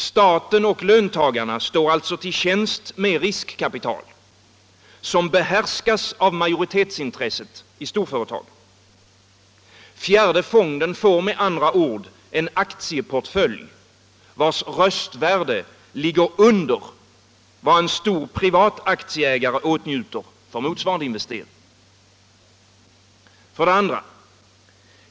Staten och löntagarna står Lördagen den alltså till tjänst med riskkapital, som behärskas av majoritetsintresset 31 maj 1975 i storföretagen. Fjärde fonden får en aktieportfölj, vars röstvärde ligger under vad en privat storaktieägare åtnjuter för motsvarande investering. — Allmänna pensions 2.